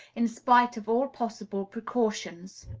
in spite of all possible precautions.